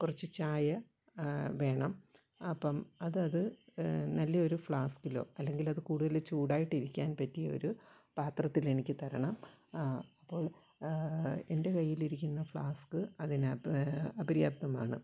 കുറച്ച് ചായ വേണം അപ്പം അത് അത് നല്ലൊരു ഫ്ലാസ്ക്കിലോ അല്ലെങ്കിൽ അത് കൂടുതല് ചൂടായിട്ടിരിക്കാൻ പറ്റിയ ഒരു പാത്രത്തിലെനിക്ക് തരണം അപ്പോൾ എൻ്റെ കയ്യിലിരിക്കുന്ന ഫ്ലാസ്ക്ക് അതിനകത്ത് അപര്യാപ്തമാണ്